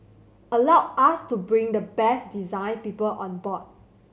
allowed us to bring the best design people on board